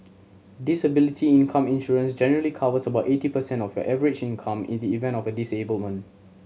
disability income insurance generally covers about eighty percent of your average income in the event of a disablement